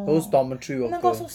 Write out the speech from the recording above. those dormitory worker